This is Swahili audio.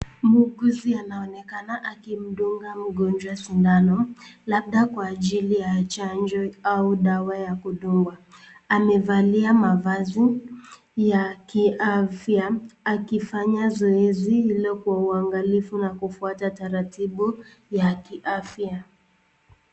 Muuguzi anaonekana akimdunga mgonjwa sindamo, labda kwa ajili ya chanjo au dawa ya kudungwa, amevalia mavazi ya kiafya, akifanya zoezi hilo kwa uangalifu na kufuata taratibu ya kiafya.